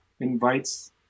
invites